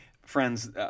friends